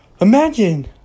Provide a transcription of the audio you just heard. Imagine